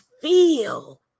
feel